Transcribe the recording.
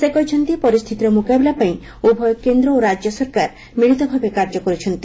ସେ କହିଛନ୍ତି ପରିସ୍ଥିତିର ମୁକାବିଲା ପାଇଁ ଉଭୟ କେନ୍ଦ୍ର ଓ ରାଜ୍ୟ ସରକାର ମିଳିତ ଭାବେ କାର୍ଯ୍ୟ କରୁଛନ୍ତି